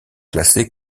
classées